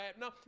No